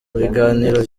biganiro